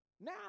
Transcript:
Now